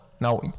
Now